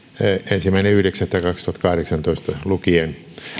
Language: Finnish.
ensimmäinen yhdeksättä kaksituhattakahdeksantoista lukien